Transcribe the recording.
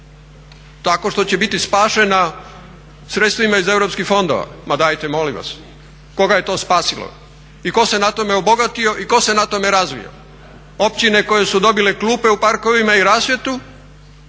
tako što će biti spašena sredstvima iz Europskih fondova? Ma dajte molim vas. Koga je to spasilo i tko se na tome obogatio i tko se na tome razvio? Općine koje su dobile klupe u parkovima i rasvjetu,